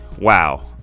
Wow